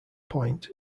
point